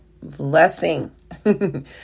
blessing